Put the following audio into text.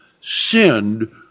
sinned